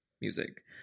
music